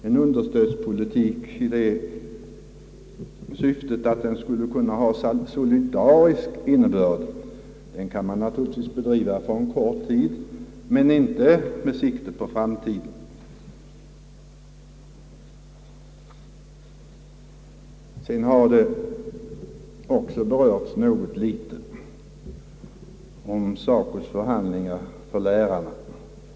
En understödspolitik med solidarisk innebörd kan man naturligtvis bedriva för en kort tid men inte med sikte på framtiden. SACO:s förhandlingar för lärarna har också berörts här i dag.